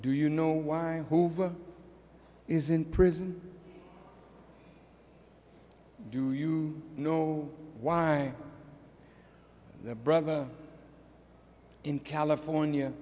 do you know why hoover is in prison do you know why the brother in california